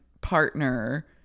partner